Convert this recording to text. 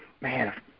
man